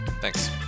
Thanks